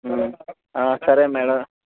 సరే మేడమ్